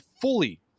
fully